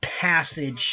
passage